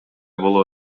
боло